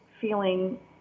feeling